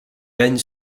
reine